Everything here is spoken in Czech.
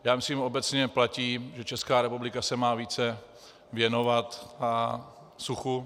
Já myslím, obecně platí, že Česká republika se má více věnovat suchu.